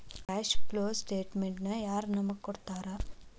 Cash flow ಸ್ಟೆಟಮೆನ್ಟನ ಯಾರ್ ನಮಗ್ ಕೊಡ್ತಾರ?